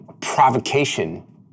provocation